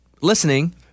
listening